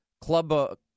Club